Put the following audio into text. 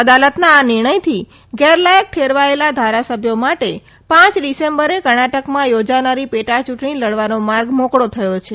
અદાલતના આ નિર્મયથી ગેરલાયક ઠેરવાયેલા ધારસભ્યો માટે પાંચ ડિસેમબરે કર્ણાટકમાં યોજાનારી પેટાચૂંટણી લડવાનો માર્ગ મોકળો થયો છે